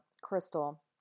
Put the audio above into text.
Crystal